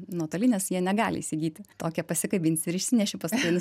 nuotolinės jie negali įsigyti tokią pasikabinsi ir išsineši paskutinius